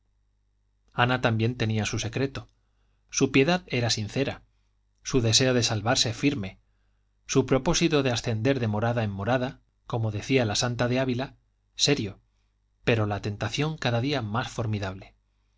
ana también tenía su secreto su piedad era sincera su deseo de salvarse firme su propósito de ascender de morada en morada como decía la santa de ávila serio pero la tentación cada día más formidable